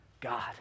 God